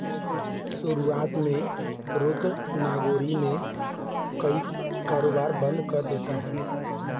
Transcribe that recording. शुरुआत में रुद्र नागोरी में कई कारोबार बंद कर देता है